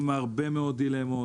עם הרבה מאוד דילמות.